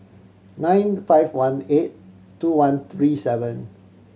nine five one eight two one three seven